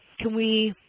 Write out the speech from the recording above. can we